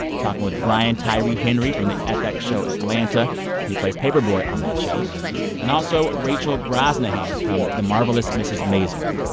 talking with brian tyree henry from the fx show atlanta he plays paper boi on that show and also rachel brosnahan from the marvelous mrs. maisel.